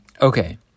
okay